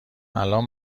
الان